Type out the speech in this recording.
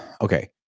okay